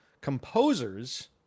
composers